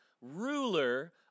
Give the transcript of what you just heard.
ruler